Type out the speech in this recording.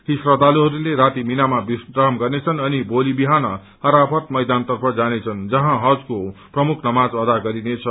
यी श्रद्धालुहरूले राति मीनामा विश्राम गर्नेछन् अनि भोलि बिहान अराफात मैदानतर्फ जानेछन् जहाँ हजको प्रमुख नमाज अदा गरिनेछ